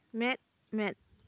ᱢᱮᱫ ᱢᱮᱫ